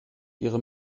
ihre